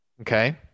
Okay